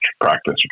practice